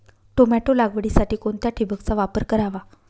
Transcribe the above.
Tomato लागवडीसाठी कोणत्या ठिबकचा वापर करावा?